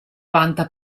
vanta